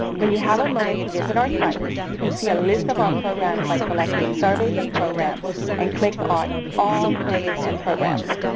when you have a moment to visit our site, you can see a list of our programs by selecting surveys and programs and click on surveys and programs.